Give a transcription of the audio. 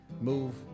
move